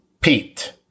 Pete